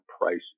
price